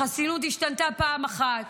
החסינות השתנתה פעם אחת,